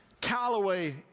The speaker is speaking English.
Callaway